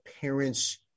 parents